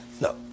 No